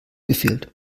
gefehlt